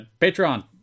Patreon